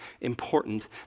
important